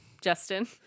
Justin